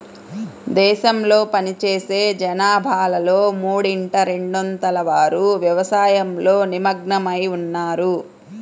దేశంలో పనిచేసే జనాభాలో మూడింట రెండొంతుల వారు వ్యవసాయంలో నిమగ్నమై ఉన్నారు